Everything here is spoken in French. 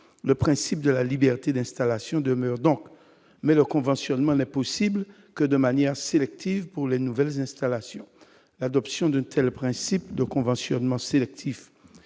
le principe de la liberté d'installation demeure donc, mais leur conventionnement n'est possible que de manière sélective pour les nouvelles installations, l'adoption d'une telle principe de conventionnement sélectif